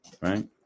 Right